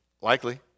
Likely